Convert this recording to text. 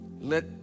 Let